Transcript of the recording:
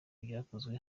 ibyakozwe